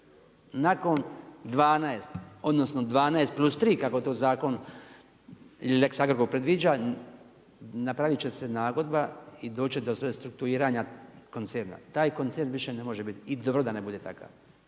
Nakon 12 odnosno plus 3, kako to zakon ili Lex Agrokor predviđa, napravit će se nagodba i doći će do restrukturiranja koncerna. Taj koncern više ne može bit i dobro je da ne bude takav.